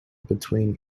between